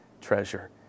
treasure